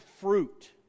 fruit